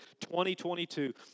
2022